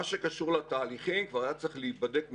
מה שקשור לתהליכים כבר היה צריך להיבדק מזמן.